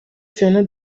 fiona